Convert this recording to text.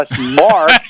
Mark